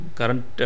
current